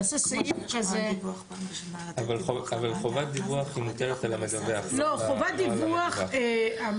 נעשה סעיף כזה --- כמו שיש חובת דיווח פעם בשנה לתת דיווח